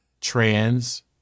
trans